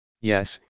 yes